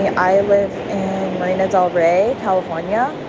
i live marina del rey, calif. um yeah